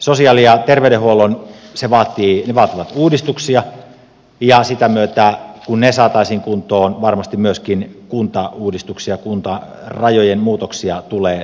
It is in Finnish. sosiaali ja terveydenhuolto vaativat uudistuksia ja sitä myötä kun ne saataisiin kuntoon varmasti myöskin kuntauudistuksia kuntarajojen muutoksia tulee tapahtumaan